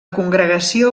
congregació